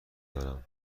دارم